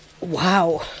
Wow